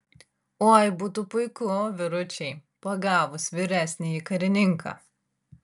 oi būtų puiku vyručiai pagavus vyresnįjį karininką